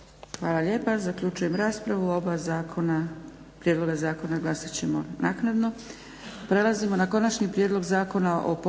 Hvala lijepa. Zaključujem raspravu. O oba zakona, prijedloga zakona glasat ćemo naknadno.